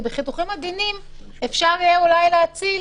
בחיתוכים עדינים אפשר יהיה אולי להציל